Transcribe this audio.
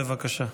בבקשה.